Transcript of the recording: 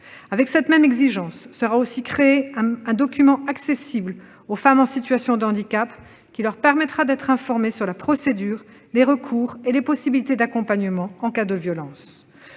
de la même exigence sera aussi créé un document accessible aux femmes en situation de handicap ; cela leur permettra d'être informées de la procédure, des recours et des possibilités d'accompagnement en cas de violence.